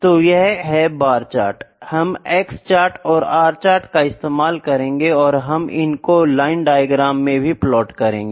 तो यह है बार चार्ट हम x चार्ट और R चार्ट का इस्तेमाल करेंगे और हम इनको लाइन डायग्राम में भी प्लाट करेंगे